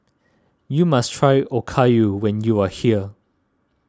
you must try Okayu when you are here